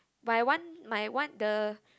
my one my one the